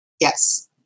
Yes